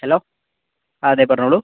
hello ആ അതെ പറഞ്ഞോളൂ